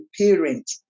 parent